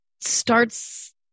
starts